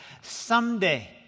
Someday